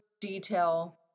detail